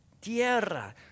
tierra